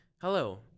Hello